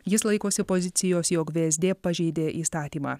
jis laikosi pozicijos jog vsd pažeidė įstatymą